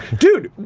dude,